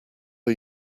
are